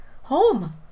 Home